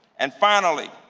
and finally,